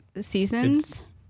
seasons